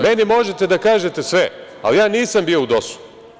Meni možete da kažete sve, ali ja nisam bio u DOS-u.